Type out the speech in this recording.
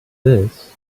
this